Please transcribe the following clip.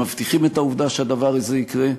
מבטיחים את העובדה שהדבר הזה יקרה.